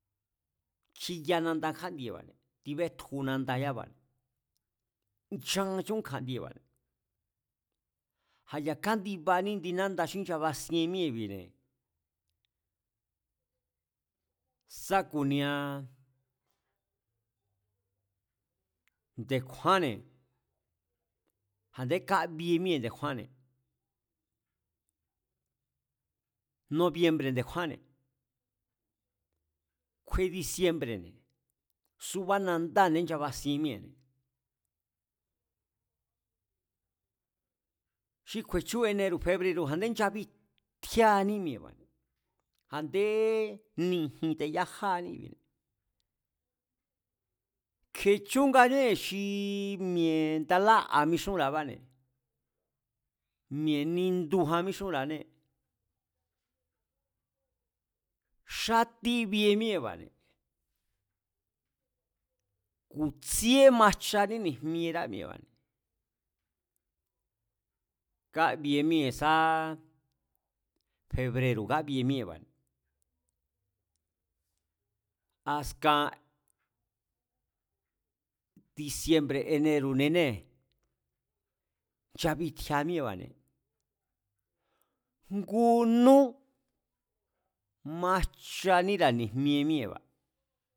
Kjiya nanda kjándieba̱ne̱, tibetju nanda yaba̱ne̱, nchan chún kja̱ndieba̱ne̱, a̱ ya̱ kándibaní nanda xí nchabasien míée̱bi̱ne̱, sá ku̱nia nde̱kjúánne̱, a̱ndé kábie míée̱ nde̱kjúánne̱, nobiembre̱ nde̱kjúánne̱, kjue diciembre̱ne̱, subá nanda a̱nde nchabasien míée̱ne̱, xi kju̱e̱chú enero̱ febrero̱ a̱ndé nchabitjíáaní mi̱e̱ba̱ne̱, a̱nde ni̱jín te̱ yajáani i̱bi̱ne̱, kje̱ chúannée̱ xi mi̱e̱ nda lá'a̱ mixúnra̱abáne̱, mi̱e̱ nindujan míxúnra̱ané, xatí bi̱e̱ míée̱ba̱ne̱ ku̱ tsi̱e̱ majchaní ni̱jmierá mi̱e̱ba̱ne̱, kabie míée̱ sá febrero̱ kabie míée̱ba̱ askan diciembre̱ enero̱ninée̱ nchabitjia míée̱ba̱, ngu nú majchaníra̱ ni̱jmie míée̱ba̱